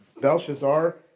Belshazzar